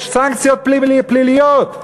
יש סנקציות פליליות.